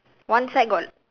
one side got